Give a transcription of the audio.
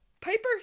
Piper